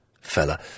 fella